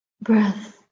breath